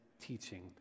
teaching